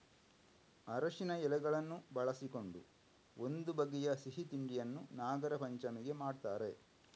ಅರಸಿನ ಎಲೆಗಳನ್ನು ಬಳಸಿಕೊಂಡು ಒಂದು ಬಗೆಯ ಸಿಹಿ ತಿಂಡಿಯನ್ನ ನಾಗರಪಂಚಮಿಗೆ ಮಾಡ್ತಾರೆ